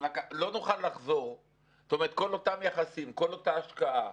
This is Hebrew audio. כל אותם יחסים, כל אותה השקעה,